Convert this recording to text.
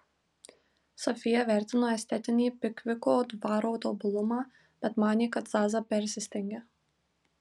sofija vertino estetinį pikviko dvaro tobulumą bet manė kad zaza persistengia